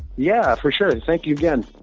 yeah, for sure. and thank you again.